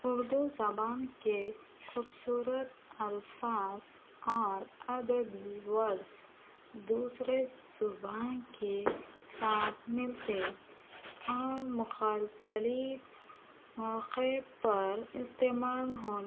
اردو زبان کے خوبصورت الفاظ اور ادبی ورس دوسرے زباں کے ساتھ ملتے اور مختلف موقعے پر استعمال ہونے والے